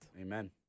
amen